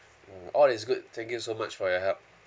mm all is good thank you so much for your help